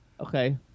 Okay